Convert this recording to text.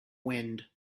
wind